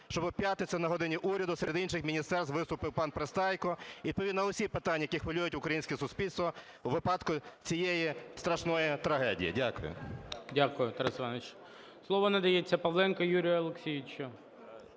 щоби в п'ятницю на "годині Уряду" серед інших міністерств виступив пан Пристайко і відповів на всі питання, які хвилюють українське суспільство у випадку цієї страшної трагедії. Дякую. ГОЛОВУЮЧИЙ. Дякую, Тарас Іванович. Слово надається Павленку Юрію Олексійовичу.